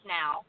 now